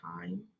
time